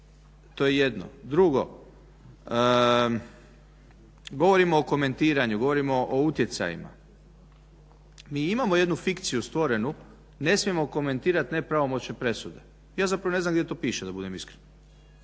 to je jedno. Drugo, govorimo o komentiranju, govorimo o utjecajima. Mi imamo jednu fikciju stvorenu ne smijemo komentirati nepravomoćne presude. Ja zapravo ne znam gdje to piše da budem iskren.